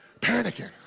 Panicking